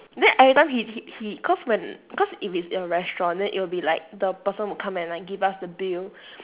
then every time he he he cause when cause if it's in restaurant then it'll be like the person will come like give us the bill